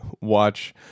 watch